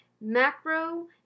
macro